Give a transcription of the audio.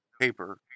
paper